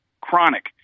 chronic